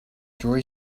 joy